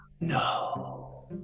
No